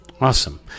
awesome